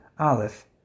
Aleph